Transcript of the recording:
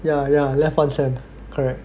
yeah yeah left one sem correct